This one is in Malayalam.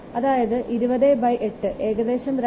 അതായത് 208 ഏകദേശം 2